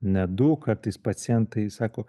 ne du kartais pacientai sako